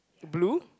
blue